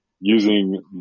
using